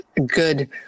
good